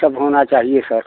सब होना चाहिए सर